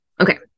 Okay